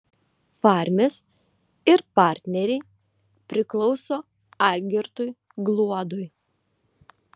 farmis ir partneriai priklauso algirdui gluodui